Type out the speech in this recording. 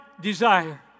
desire